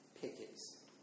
pickets